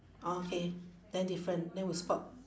oh okay then different then we spot